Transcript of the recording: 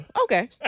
okay